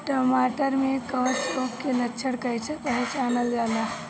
टमाटर मे कवक रोग के लक्षण कइसे पहचानल जाला?